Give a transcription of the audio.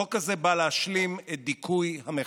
החוק הזה בא להשלים את דיכוי המחאה.